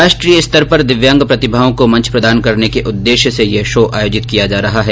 राष्ट्रीय स्तर पर दिव्यांग प्रतिभाओं को मंच प्रदान करने के उद्देश्य से यह शो आयोजित किया जा रहा है